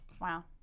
Wow